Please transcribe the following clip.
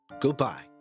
goodbye